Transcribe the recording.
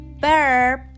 verb